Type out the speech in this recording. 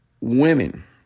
women